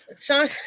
Sean